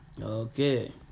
okay